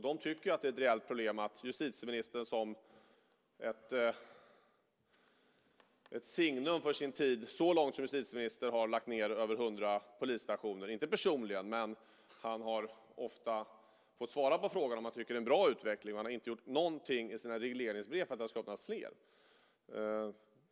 De tycker att det är reellt problem att justitieministern, som ett signum för sin tid, har låtit lägga ned över 100 polisstationer. Det har han inte gjort personligen, men han har ofta fått svara på frågan om han tycker att det är en bra utveckling, och han har inte gjort något i sina regleringsbrev för att det ska skapas fler.